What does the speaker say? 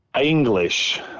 English